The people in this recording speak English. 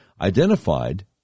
identified